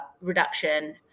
reduction